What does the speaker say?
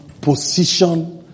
position